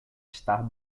estar